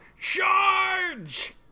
Charge